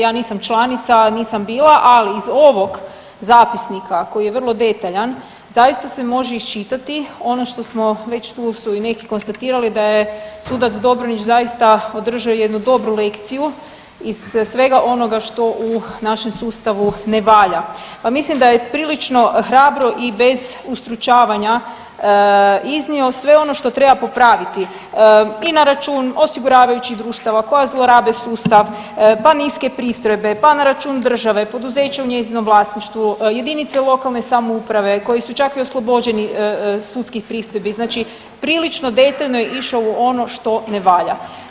Ja nisam članica, nisam bila, ali iz ovog zapisnika koji je vrlo detaljan zaista se može iščitati ono što smo već tu su i neki konstatirali, da je sudac Dobronić zaista održao jednu dobru lekciju iz svega onoga što u našem sustavu ne valja pa mislim da je prilično hrabro i bez ustručavanja iznio sve ono što treba popraviti, i na račun osiguravajućih društava koja zlorabe sustav, pa niske pristojbe, pa na račun države, poduzeća u njezinom vlasništvu, jedinice lokalne samouprave, koje su čak i oslobođeni sudskih pristojbi, znači prilično detaljno je išao u ono što ne valja.